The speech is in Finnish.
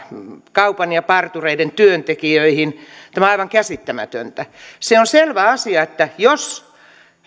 kaupan ja partureiden työntekijöihin tämä on aivan käsittämätöntä se on selvä asia että jos